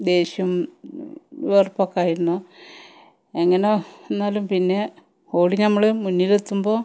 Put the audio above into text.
ദേഷ്യം വെറുപ്പുമൊക്കെ ആയിരുന്നു എങ്ങനെ വന്നാലും പിന്നെ ഓടി നമ്മൾ മുന്നിലെത്തുമ്പോൾ